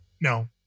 No